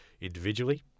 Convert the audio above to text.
individually